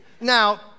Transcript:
Now